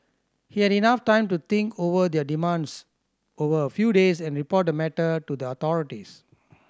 he had enough time to think over their demands over a few days and report the matter to the authorities